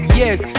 yes